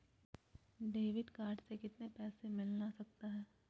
Debit card से कितने पैसे मिलना सकता हैं?